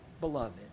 beloved